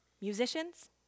Musicians